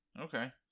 Okay